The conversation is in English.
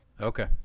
Okay